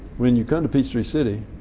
when you come to peachtree city,